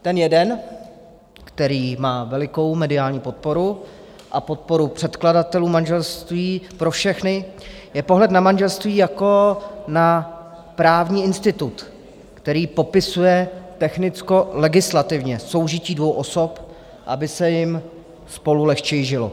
Ten jeden, který má velikou mediální podporu a podporu předkladatelů manželství pro všechny, je pohled na manželství jako na právní institut, který popisuje technickolegislativně soužití dvou osob, aby se jim spolu lehčeji žilo.